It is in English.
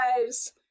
lives